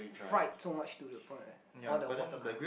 fright so much to the point all the water come